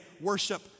worship